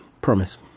Promise